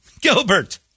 Gilbert